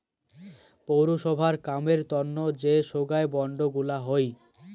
পৌরসভার কামের তন্ন যে সোগায় বন্ড গুলা হই